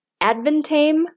adventame